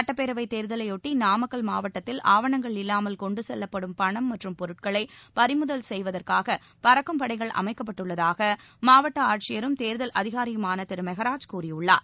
சுட்டப்பேரவை தேர்தலையாட்டி நாமக்கல் மாவட்டத்தில் ஆவணங்கள் இல்லாமல் கொண்டு செல்லப்படும் பணம் மற்றம் பொருட்களை பறிமுதல் செய்வதற்காக பறக்கும் படைகள் அமைக்கப்பட்டுள்ளதாக மாவட்ட ஆட்சியரும் தேர்தல் அதிகாரியுமான திரு மெகராஜ் கூறியுள்ளார்